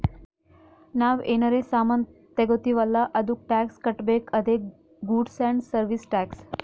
ನಾವ್ ಏನರೇ ಸಾಮಾನ್ ತಗೊತ್ತಿವ್ ಅಲ್ಲ ಅದ್ದುಕ್ ಟ್ಯಾಕ್ಸ್ ಕಟ್ಬೇಕ್ ಅದೇ ಗೂಡ್ಸ್ ಆ್ಯಂಡ್ ಸರ್ವೀಸ್ ಟ್ಯಾಕ್ಸ್